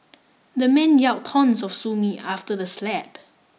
the man yell taunts of sue me after the slap